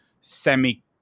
semi